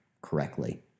correctly